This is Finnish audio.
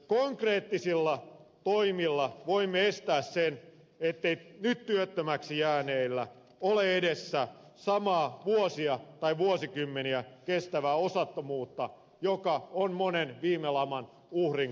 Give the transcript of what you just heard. konkreettisilla toimilla voimme varmistaa sen ettei nyt työttömäksi jääneillä ole edessä samaa vuosia tai vuosikymmeniä kestävää osattomuutta joka on monen viime laman uhrin kohtalona